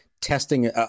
testing